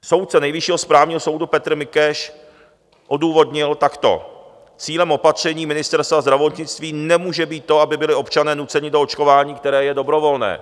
Soudce Nejvyššího správního soudu Petr Mikeš odůvodnil takto: cílem opatření Ministerstva zdravotnictví nemůže být to, aby byli občané nuceni do očkování, které je dobrovolné.